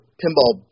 pinball